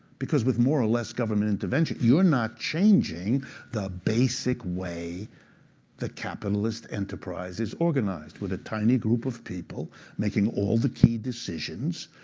because with more or less government intervention, you're not changing the basic way the capitalist enterprise is organized, with a tiny group of people making all the key decisions,